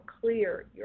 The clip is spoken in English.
clear